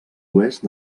oest